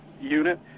unit